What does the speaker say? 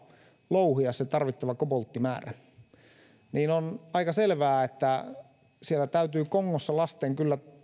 louhia tarvittava kobolttimäärä on aika selvää että siellä täytyy kongossa lasten kyllä